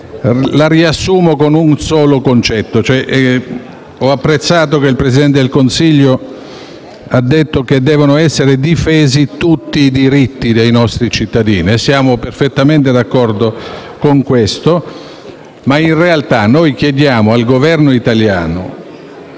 che riassumo con un solo concetto. Ho apprezzato che il Presidente del Consiglio abbia detto che devono essere difesi tutti i diritti dei nostri cittadini. Siamo perfettamente d'accordo con questo ma, in realtà, noi chiediamo al Governo italiano